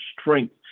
strength